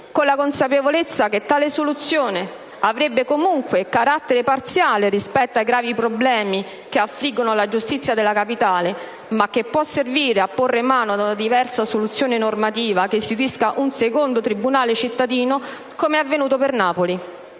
con la consapevolezza che tale soluzione avrebbe comunque carattere parziale rispetto ai gravi problemi che affliggono la giustizia della Capitale, ma che può servire a porre mano ad una diversa soluzione normativa che istituisca un secondo tribunale cittadino, come è avvenuto per Napoli.